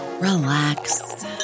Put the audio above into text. relax